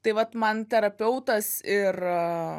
tai vat man terapeutas ir